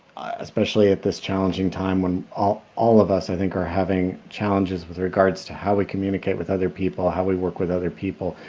especially at this challenging time when all all of us i think are having challenges with regards to how we communicate with other people, how we work with other people,